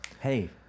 Hey